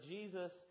Jesus